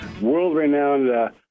world-renowned